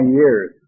years